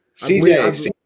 CJ